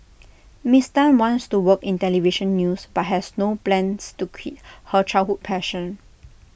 miss Tan wants to work in Television news but has no plans to quit her childhood passion